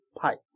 pipe